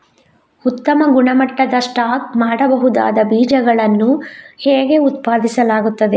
ಉತ್ತಮ ಗುಣಮಟ್ಟದ ಸ್ಟಾಕ್ ಮಾಡಬಹುದಾದ ಬೀಜಗಳನ್ನು ಹೇಗೆ ಉತ್ಪಾದಿಸಲಾಗುತ್ತದೆ